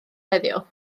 heddiw